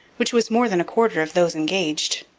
which was more than a quarter of those engaged.